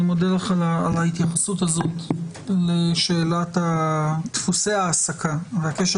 אני מודה לך על ההתייחסות הזאת לשאלת דפוסי ההעסקה והקשר